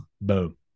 boom